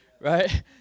Right